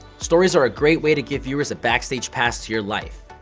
stories are a great way to give viewers a backstage pass to your life.